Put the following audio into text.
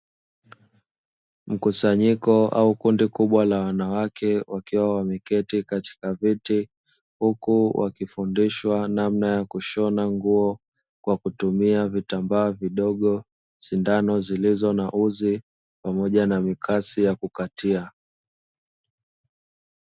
Mkusanyiko au kundi kubwa la wanawake, wakiwa wameketi katika viti huko wakifundishwa namna ya kushona nguo kwa kutumia vitambaa vidogo sindano zilizo na uzi pamoja na mikasi ya kukatia.